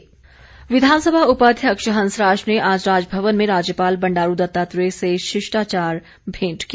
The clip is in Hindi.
भेंट विधानसभा उपाध्यक्ष हंसराज ने आज राजभवन में राज्यपाल बंडारू दत्तात्रेय से शिष्टाचार भेंट की